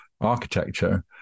architecture